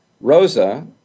Rosa